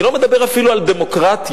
אני לא מדבר אפילו על דמוקרטיה,